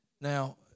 Now